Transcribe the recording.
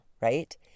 Right